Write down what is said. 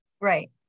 Right